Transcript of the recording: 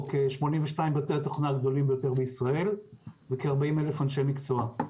כ-82 בתי התוכנה הגדולים ביותר בישראל וכ-40,000 אנשי מקצוע.